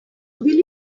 will